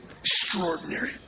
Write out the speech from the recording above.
Extraordinary